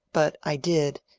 but i did,